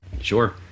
Sure